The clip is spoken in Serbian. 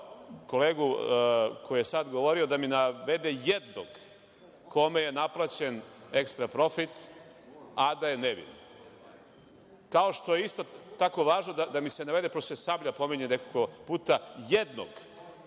kolega koji je sad govorio da mi navede jednog kome je naplaćen ekstra profit, a da je nevin. Kao što je isto tako važno da mi se navede, pošto se „Sablja“ pominje nekoliko puta, jednog